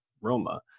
Roma